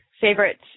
favorite